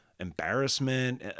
embarrassment